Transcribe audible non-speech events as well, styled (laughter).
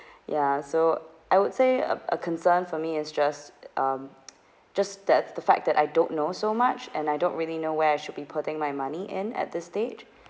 (breath) ya so I would say uh a concern for me is just um (noise) just that the fact that I don't know so much and I don't really know where I should be putting my money in at this stage